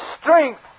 strength